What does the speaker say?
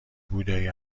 بودایی